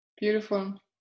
beautiful